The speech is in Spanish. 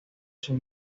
sus